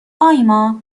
آیما